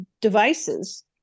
devices